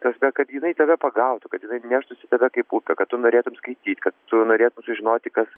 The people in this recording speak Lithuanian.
prasme kad jinai tave pagautų kad neštųsi tave kaip upė kad tu norėtum skaityt kad norėtum sužinoti kas